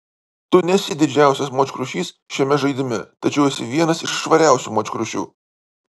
tu nesi didžiausias močkrušys šiame žaidime tačiau esi vienas iš švariausių močkrušių